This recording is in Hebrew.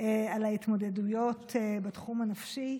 על ההתמודדויות בתחום הנפשי.